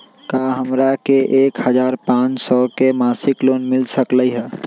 का हमरा के एक हजार पाँच सौ के मासिक लोन मिल सकलई ह?